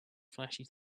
flashy